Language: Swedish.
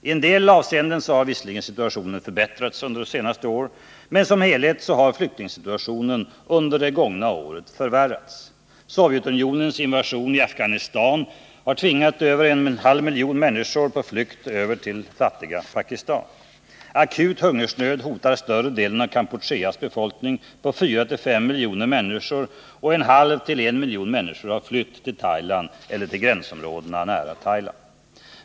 I en del avseenden har visserligen situationen förbättrats under det senaste året, men som helhet har flyktingsituationen förvärrats. Sovjetunionens invasion i Afghanistan har tvingat över en halv miljon människor på flykt över till det fattiga Pakistan. Akut hungersnöd hotar större delen av Kampucheas befolkning på fyra fem miljoner människor, och en halv till en miljon människor har flytt till Thailand eller till gränsområden nära Thailand.